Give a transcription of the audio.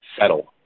settle